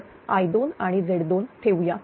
तर I2 आणि Z2 ठेवूया